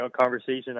conversation